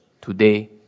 today